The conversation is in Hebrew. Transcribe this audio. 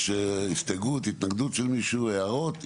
יש הסתייגות, התנגדות של מי, הערות?